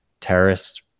terrorist